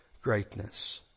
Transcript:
greatness